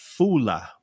fula